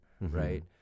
right